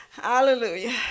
Hallelujah